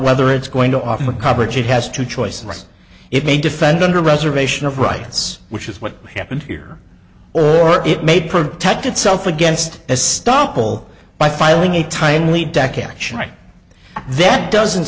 whether it's going to offer coverage it has two choices it may defend the reservation of rights which is what happened here or it may protect itself against a stumble by filing a timely deck action right that doesn't